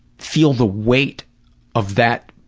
feel the weight of that